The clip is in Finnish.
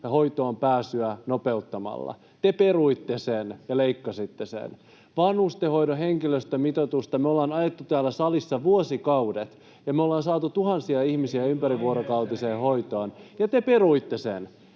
hoitoonpääsyä nopeuttamalla — te peruitte sen ja leikkasitte sen. Vanhustenhoidon henkilöstömitoitusta me ollaan ajettu täällä salissa vuosikaudet, me ollaan saatu tuhansia ihmisiä ympärivuorokautiseen hoitoon, ja te peruitte sen.